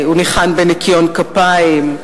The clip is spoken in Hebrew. הוא ניחן בניקיון כפיים,